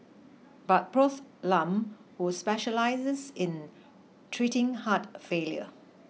but Prof Lam who specialises in treating heart failure